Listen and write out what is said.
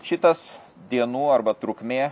šitas dienų arba trukmė